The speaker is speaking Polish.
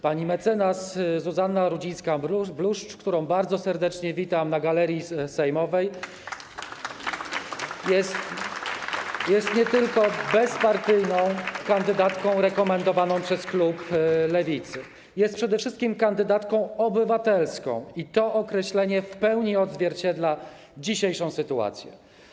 Pani mecenas Zuzanna Rudzińska-Bluszcz, którą bardzo serdecznie witam na galerii sejmowej, jest nie tylko bezpartyjną kandydatką rekomendowaną przez klub Lewicy, ale jest przede wszystkim kandydatką obywatelską, i to określenie w pełni odzwierciedla dzisiejszą sytuację.